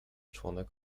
członek